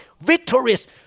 victorious